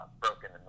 broken